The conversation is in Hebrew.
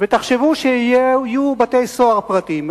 ותחשבו שיהיו בתי-סוהר פרטיים,